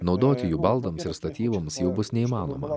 naudoti jų baldams ir statyboms jau bus neįmanoma